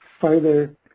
further